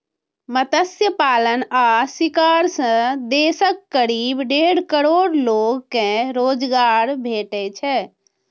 मत्स्य पालन आ शिकार सं देशक करीब डेढ़ करोड़ लोग कें रोजगार भेटै छै